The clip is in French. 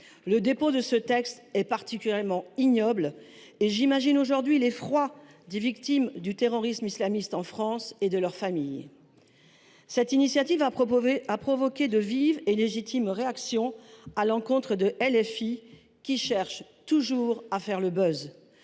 proposition de loi est particulièrement ignoble. J’imagine l’effroi des victimes du terrorisme islamiste en France et de leurs familles ! Cette initiative a provoqué de vives et légitimes réactions à l’encontre de LFI, qui cherche toujours à faire le buzz,